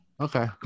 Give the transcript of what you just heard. Okay